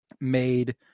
made